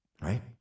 right